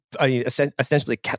essentially